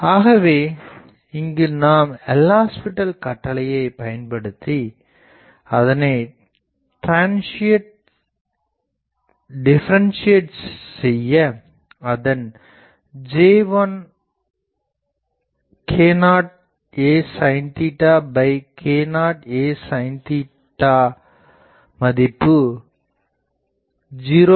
ஆகவே இங்கு நாம் எல் ஹாஸ்பிடல் கட்டளையை பயன்படுத்தி அதனை டிபரான்சியட் செய்ய அதன் J1k0a sin k0a sin மதிப்பு 0